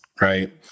Right